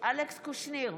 אלכס קושניר,